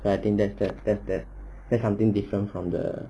I think that that that that that something different from the